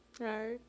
Right